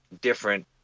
different